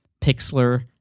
Pixlr